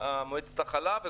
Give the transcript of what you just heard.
מועצת החלב,